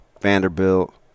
Vanderbilt